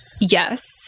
Yes